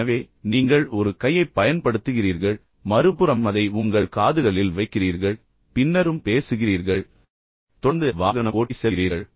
எனவே நீங்கள் ஒரு கையைப் பயன்படுத்துகிறீர்கள் மறுபுறம் அதை உங்கள் காதுகளில் வைக்கிறீர்கள் பின்னரும் பேசுகிறீர்கள் பின்னர் தொடர்ந்து வாகனம் ஓட்டிச் செல்கிறீர்கள்